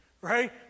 Right